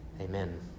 Amen